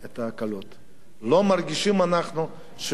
אנחנו לא מרגישים שיותר קל לנו.